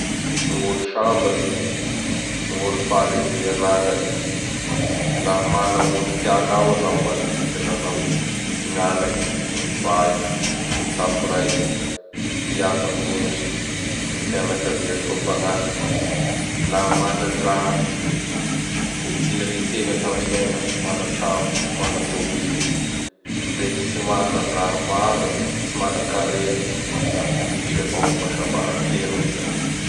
Gn'olo sambatsy! gn' olo faly amin'izay anagnany. Laha mana gn' olo tianao anao manodidina anao: gn ny anaky, gny vady, gny tampo raiky, i Aba am i Endry, gny fianakavia soa fagnahy. Laha mana ny raha niritegna tam fiaigna: mana tragno, mana tôbily, ndreky tsy manan-draha maro, tsy manan-karea; da misy avao gny fahasambara feno am zay.